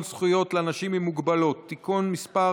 זכויות לאנשים עם מוגבלות (תיקון מס'